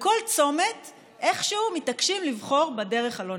בכל צומת איכשהו מתעקשים לבחור בדרך הלא-נכונה.